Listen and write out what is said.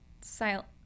Silent